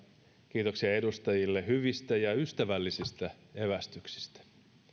kiitoksia edustajille hyvistä ja ja ystävällisistä evästyksistä